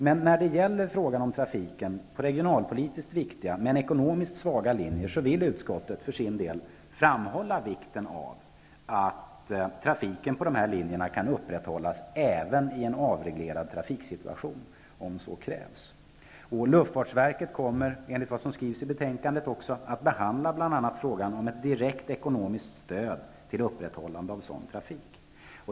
Beträffande frågan om trafiken på regionalpolitiskt viktiga men ekonomiskt svaga linjer vill utskottet för sin del framhålla vikten av att trafiken på dessa linjer kan upprätthållas även i en avreglerad trafiksituation om så krävs. Enligt vad som skrivs i betänkandet kommer luftfartverket också att behandla bl.a. frågan om ett direkt ekonomiskt stöd till upprätthållande av sådan trafik.